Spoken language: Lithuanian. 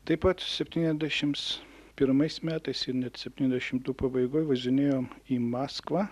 taip pat septyniasdešimt pirmais metais ir net septyniasdešimtų pabaigoj važinėjom į maskvą